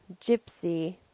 Gypsy